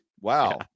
Wow